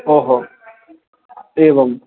ओ हो एवं